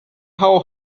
how